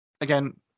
Again